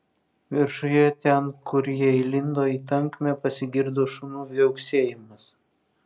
viršuje ten kur jie įlindo į tankmę pasigirdo šunų viauksėjimas